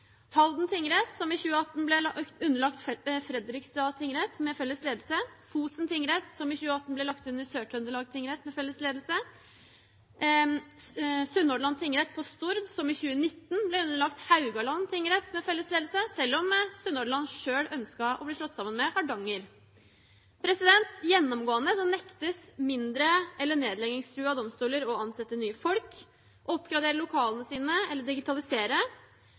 Halden tingrett – som i 2018 ble underlagt Fredrikstad tingrett med felles ledelse, Fosen tingrett – som i 2018 ble lagt under Sør-Trøndelag tingrett med felles ledelse, og Sunnhordland tingrett på Stord – som i 2019 ble underlagt Haugaland tingrett med felles ledelse, selv om Sunnhordland selv ønsket å bli slått sammen med Hardanger. Gjennomgående nektes mindre eller nedleggingstruede domstoler å ansette nye folk, oppgradere lokalene sine eller digitalisere.